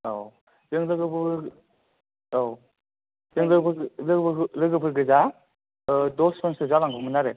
औ जों लोगोफोर औ जों लोगोफो लोगोफो लोगोफोर गोजा दसजनसो जालांगौमोन आरो